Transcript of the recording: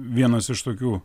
vienas iš tokių